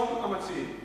כרצון המציעים.